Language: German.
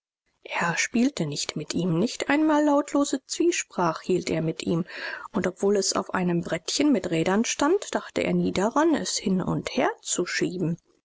er spielte nicht mit ihm nicht einmal lautlose zwiesprach hielt er mit ihm und obwohl es auf einem brettchen mit rädern stand dachte er nie daran es hin und her zu schieben